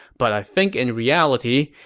but i think in reality,